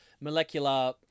molecular